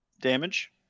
Damage